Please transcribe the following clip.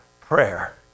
prayer